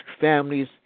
families